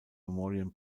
memorial